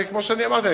וכמו שאמרתי,